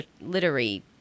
literary